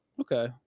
Okay